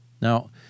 Now